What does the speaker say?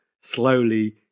slowly